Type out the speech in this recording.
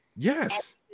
Yes